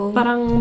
Parang